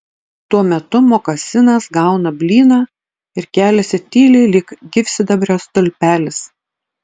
tuo metu mokasinas gauna blyną ir keliasi tyliai lyg gyvsidabrio stulpelis